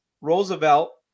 Roosevelt